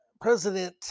President